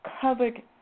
covered